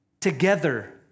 together